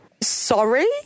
Sorry